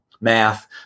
math